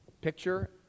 Picture